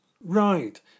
Right